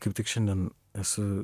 kaip tik šiandien esu